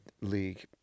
league